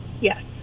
Yes